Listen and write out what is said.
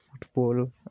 football